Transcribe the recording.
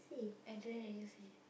I don't really see